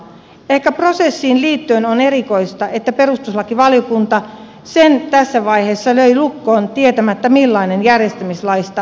ehkä prosessiin liittyen on erikoista että perustuslakivaliokunta sen tässä vaiheessa löi lukkoon tietämättä millainen järjestämislaista on tulossa